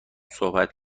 صحبت